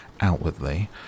outwardly